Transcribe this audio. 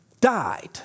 died